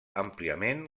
àmpliament